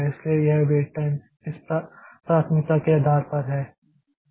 इसलिए यह wait time इस प्राथमिकता के आधार पर है